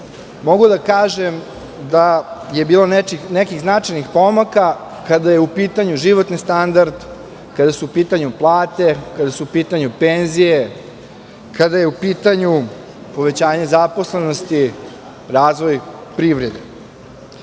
mogu da kažem da je bilo nekih značajnih pomaka kada je u pitanju životni standard, kada su u pitanju plate, kada su u pitanju penzije, kada je u pitanju povećanje zaposlenosti, razvoj privrede. Na